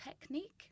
technique